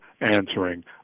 answering